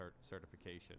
certification